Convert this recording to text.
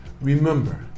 Remember